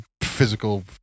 Physical